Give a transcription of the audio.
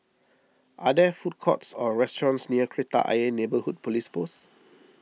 are there food courts or restaurants near Kreta Ayer Neighbourhood Police Post